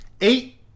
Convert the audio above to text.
eight